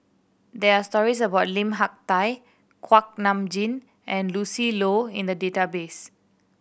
there are stories about Lim Hak Tai Kuak Nam Jin and Lucy Loh in the database